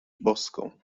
boską